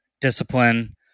discipline